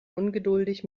ungeduldig